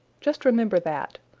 just remember that.